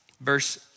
verse